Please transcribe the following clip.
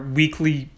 weekly